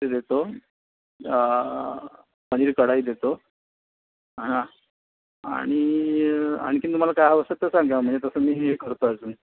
देतो पनीर कढाई देतो आणि आणखीन तुम्हाला काय हवं असेल ते सांगा म्हणजे तसं मी हे करतो अजूनही